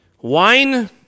Wine